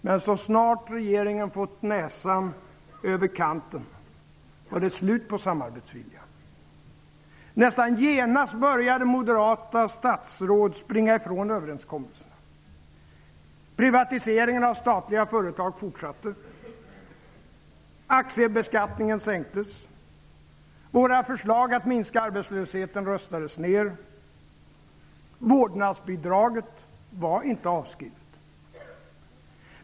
Men så snart regeringen fått näsan över kanten var det slut på samarbetsviljan. Nästan genast började moderata statsråd att springa ifrån överenskommelserna. Aktiebeskattningen sänktes. Våra förslag att minska arbetslösheten röstades ned.